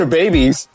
babies